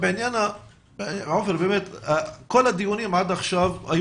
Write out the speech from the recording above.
כל הדיונים עד עכשיו,